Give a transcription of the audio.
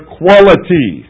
quality